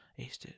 acedit